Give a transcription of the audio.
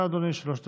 אדוני, שלוש דקות.